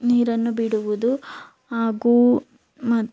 ನೀರನ್ನು ಬಿಡುವುದು ಹಾಗೂ ಮತ್ತು